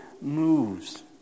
moves